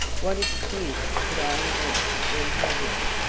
what excuse could i invent to bring her here?